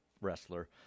wrestler